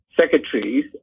secretaries